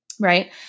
Right